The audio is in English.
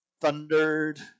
thundered